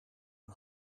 een